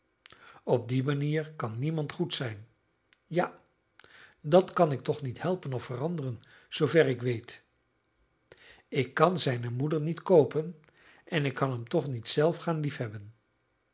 op die manier kan niemand goed zijn ja dat kan ik toch niet helpen of veranderen zoover ik weet ik kan zijne moeder niet koopen en ik kan hem toch zelf niet gaan liefhebben